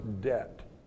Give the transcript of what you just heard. debt